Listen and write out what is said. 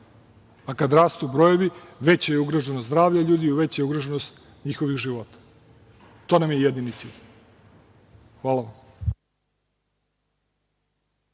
a kad rastu brojevi veća je ugroženost zdravlja ljudi, veća je ugroženost njihovih života. To nam je jedini cilj. Hvala.